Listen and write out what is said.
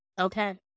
Okay